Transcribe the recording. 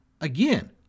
again